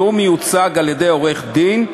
והוא מיוצג על-ידי עורך-דין,